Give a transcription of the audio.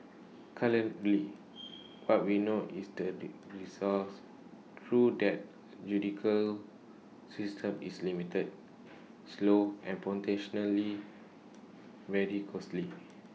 currently what we know is that recourse through that judicial system is limited slow and very costly